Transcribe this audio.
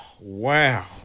wow